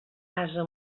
ase